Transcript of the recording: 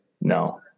No